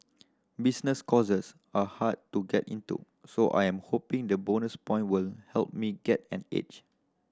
business courses are hard to get into so I am hoping the bonus point will help me get an edge